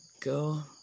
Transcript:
go